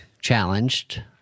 Challenged